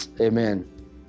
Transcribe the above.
Amen